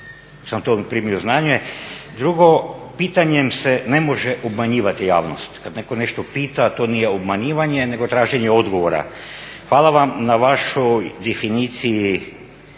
sam to primio na znanje. Drugo, pitanjem se ne može obmanjivati javnost, kad neko nešto pita to nije obmanjivanje nego traženje odgovora. Hvala vam na vašoj definiciji